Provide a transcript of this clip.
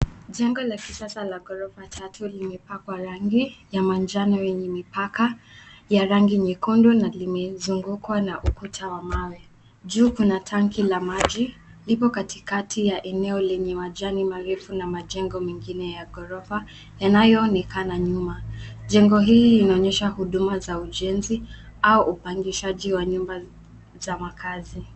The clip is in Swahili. Jengo la kisasa la gorofa tatu limepakwa rangi ya manjano yenye mipaka ya rangi nyekundu na limezungukwa na ukuta wa mawe. Juu kuna tanki la maji lipo katikati ya eneo leneye majani marefu na majengo mengine ya gorofa yanayo onekana nyuma. Jengo hili inaonyesha huduma za ujenzi au upangashaji wa nyumba za makazi.